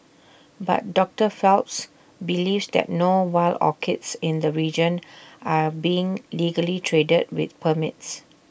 but doctor Phelps believes that no wild orchids in the region are being legally traded with permits